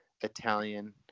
italian